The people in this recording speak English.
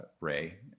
Ray